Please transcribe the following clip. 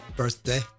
birthday